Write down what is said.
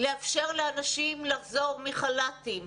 לאפשר לאנשים לחזור מחל"תים.